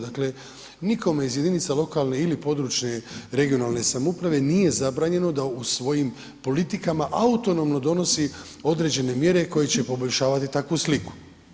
Dakle, nikome iz jedinica lokalne ili područne regionalne samouprave nije zabranjeno da u svojim politikama autonomno donosi određene mjere koje će poboljšavati takvu sliku.